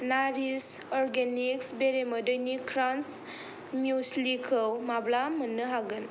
नारिश Organics बेरेमोदैनि crunch म्युस्लिखौ माब्ला मोन्नो हागोन